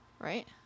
Right